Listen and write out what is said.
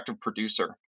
producer